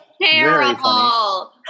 terrible